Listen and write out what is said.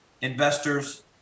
investors